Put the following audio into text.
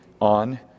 on